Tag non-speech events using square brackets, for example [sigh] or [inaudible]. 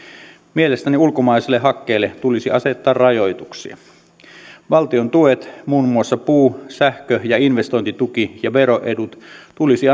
mielestäni ulkomaiselle hakkeelle tulisi asettaa rajoituksia valtion tuet muun muassa puu sähkö ja investointituki ja veroedut tulisi [unintelligible]